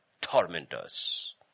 tormentors